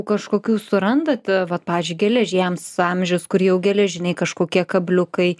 kažkokių surandat vat pavyzdžiui geležiems amžius kur jau geležiniai kažkokie kabliukai